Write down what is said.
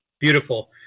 Beautiful